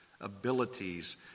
abilities